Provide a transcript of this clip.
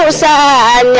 ah sai